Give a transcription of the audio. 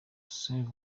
saint